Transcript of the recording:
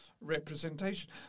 representation